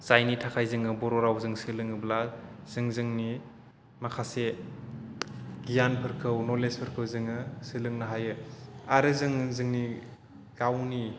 जायनि थाखाय जोङो बर' रावजों सोलोङोब्ला जों जोंनि माखासे गियानफोरखौ नलेजफोरखौ जोङो सोलोंनो हायो आरो जों जोंनि गावनि